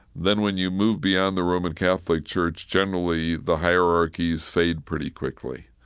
then when you move beyond the roman catholic church, generally the hierarchies fade pretty quickly.